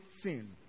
sin